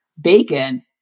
bacon